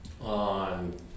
on